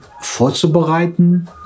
vorzubereiten